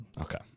Okay